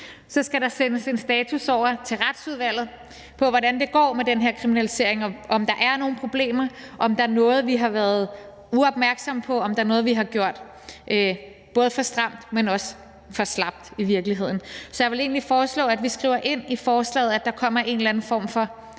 – skal sendes en status over til Retsudvalget på, hvordan det går med den her kriminalisering, og om der er nogen problemer, om der er noget, vi har været uopmærksomme på, om der er noget vi har gjort – enten for stramt, eller også for slapt i virkeligheden. Så jeg vil egentlig foreslå, at vi skriver ind i forslaget, at der kommer en eller anden form for evaluering